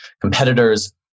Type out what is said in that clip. competitors